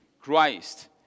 Christ